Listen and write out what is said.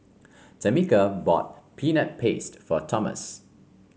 Tamica bought Peanut Paste for Tomas